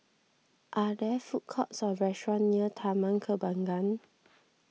are there food courts or restaurants near Taman Kembangan